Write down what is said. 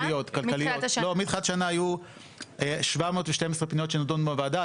לא, מתחילת השנה היו 712 פניות שנדונו בוועדה.